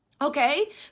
Okay